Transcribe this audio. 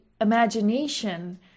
imagination